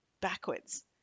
backwards